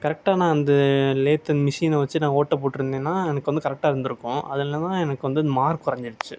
கரெகட்டானா வந்து லேத்துமெஷினை வெச்சு நான் ஓட்டை போட்டுருந்தேன்னா எனக்கு வந்து கரெக்ட்டா இருந்துருக்கும் அது இல்லாமல் எனக்கு வந்து மார்க் கொறைஞ்சிடிச்சி